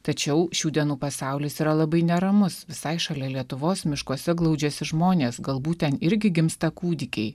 tačiau šių dienų pasaulis yra labai neramus visai šalia lietuvos miškuose glaudžiasi žmonės galbūt ten irgi gimsta kūdikiai